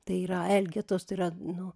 tai yra elgetos tai yra nu